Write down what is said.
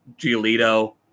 Giolito